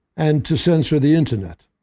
and to censor the internet.